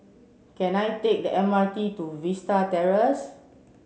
can I take the M R T to Vista Terrace